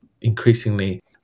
increasingly